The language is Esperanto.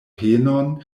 penon